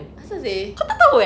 apasal seh